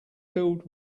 filled